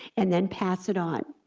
and then pass it on.